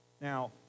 Now